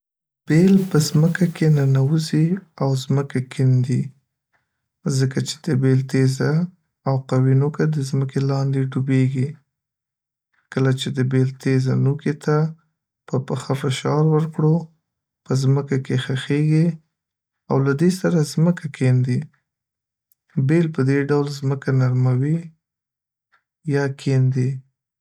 بیل په ځمکه کې ننوځي او ځمکه کيندي ځکه چې د بیل تیزه او قوي نوکه د ځمکې لاندې ډوبېږي. کله چې د بیل تیزه نوکې ته په پښه فشار ورکړو په ځمکه کې ښخیږی او له دې سره ځمکه کیندی، بیل په دې ډول ځمکه نرموي یا کيندي.